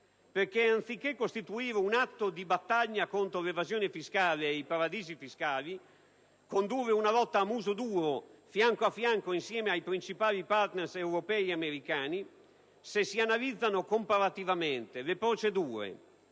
Perché, anziché costituire un atto di battaglia contro l'evasione fiscale e i paradisi fiscali e condurre una lotta a muso duro, fianco a fianco, insieme ai principali *partner* europei e americani, se si analizzano comparativamente le procedure,